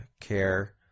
care